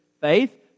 faith